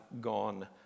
gone